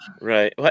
Right